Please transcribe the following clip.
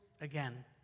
again